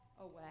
away